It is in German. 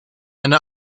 eine